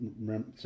remember